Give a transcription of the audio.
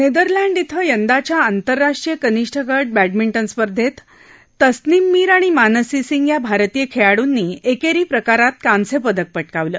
नस्त्रलँड इथं यदांच्या आंतरराष्ट्रीय कनिष्ठ गट बॅडमिंटन स्पर्धेत तरिनम मिर आणि मानसी सिंग या भारतीय खळीडूंनी एक्सी प्रकारात कांस्यपदक पटकावलं